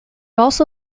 also